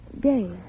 gay